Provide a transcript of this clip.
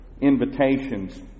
invitations